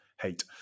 hate